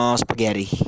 spaghetti